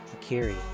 Akiri